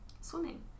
swimming